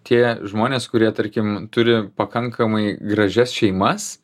tie žmonės kurie tarkim turi pakankamai gražias šeimas